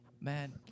Man